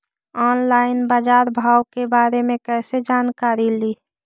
Online बाजार भाव के बारे मे कैसे जानकारी ली?